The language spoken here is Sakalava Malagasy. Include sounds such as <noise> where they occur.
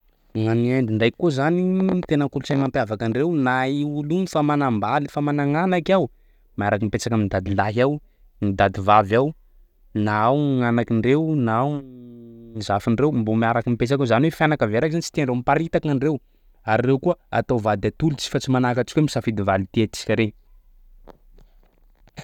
Nany Inde ndraiky ko zany tena kolotsaina mampiavaka andreo na io olo io fa manambaly fa managna anaky ao miaraky mipetraky amin'ny dadilahy ao ny dadivavy ao na ao ny anakindreo na ao ny zafindreo mbo miaraky ao zany hoe fianakavia raiky zany tsy tiandreo miparitaka andreo ary reo koa atao vady atolitsy fa tsy manaraky atsika mifisafidy valy tiatsika rery <noise>